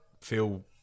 feel